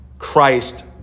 Christ